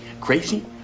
Crazy